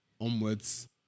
onwards